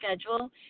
schedule